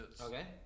Okay